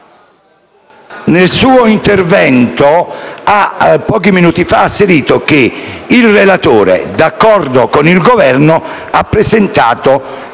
Nel suo intervento, il senatore Lumia ha asserito che il relatore, d'accordo con il Governo, ha presentato